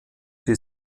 die